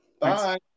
Bye